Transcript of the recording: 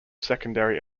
secondary